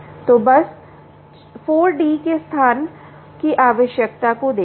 तो बस 4D के स्थान की आवश्यकता को देखें